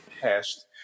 past